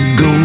go